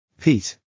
Pete